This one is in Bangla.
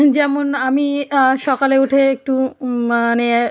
যেমন আমি সকালে উঠে একটু মানে